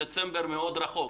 אתה טוען שדצמבר מאוד רחוק.